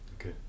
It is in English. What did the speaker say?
Okay